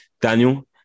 Daniel